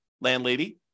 landlady